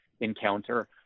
encounter